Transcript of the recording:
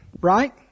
right